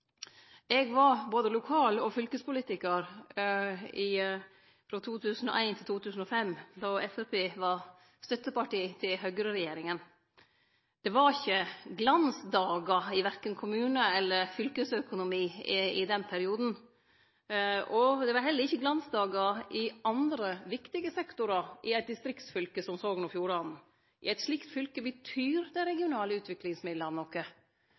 Eg var både lokal- og fylkespolitikar frå 2001–2005, då Framstegspartiet var støtteparti til høgreregjeringa. Det var ikkje glansdagar i kommunar eller i fylkesøkonomien i den perioden. Det var heller ikkje glansdagar i andre viktige sektorar i eit distriktsfylke som Sogn og Fjordane. I eit slikt fylke betyr dei regionale utviklingsmidlane noko.